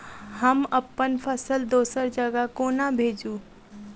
हम अप्पन फसल दोसर जगह कोना भेजू?